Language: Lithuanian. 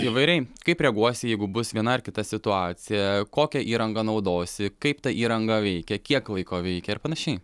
įvairiai kaip reaguosi jeigu bus viena ar kita situacija kokią įrangą naudosi kaip ta įranga veikia kiek laiko veikia ir panašiai